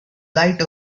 light